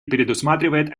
предусматривает